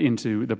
into the